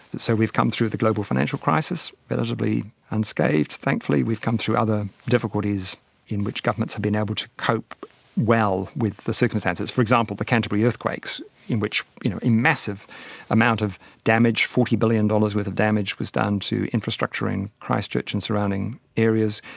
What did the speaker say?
so we've come through the global financial crisis relatively unscathed thankfully, we've come through other difficulties in which governments have been able to cope well with the circumstances. for example, the canterbury earthquakes in which you know a massive amount of damage, forty billion dollars worth of damage was done to infrastructure in christchurch and surrounding areas.